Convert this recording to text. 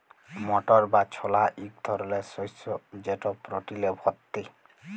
মটর বা ছলা ইক ধরলের শস্য যেট প্রটিলে ভত্তি